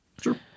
Sure